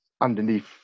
underneath